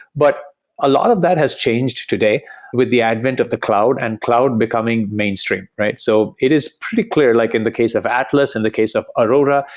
but a lot of that has changed today with the advent of the cloud and cloud becoming mainstream, right? so it is pretty clear like in the case of atlas, in the case of aurora,